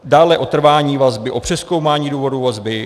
Dále o trvání vazby, o přezkoumání důvodů vazby atd.